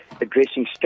addressing